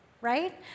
right